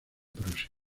prusia